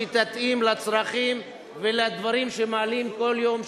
שתתאים לצרכים ולדברים שמעלים כל יום,